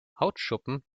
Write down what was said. hautschuppen